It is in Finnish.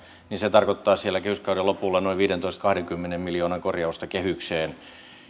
niin se tarkoittaa siellä kehyskauden lopulla noin viidentoista viiva kahdenkymmenen miljoonan korjausta kehykseen